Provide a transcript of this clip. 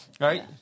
Right